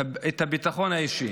את הביטחון האישי.